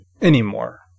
Anymore